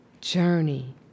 journey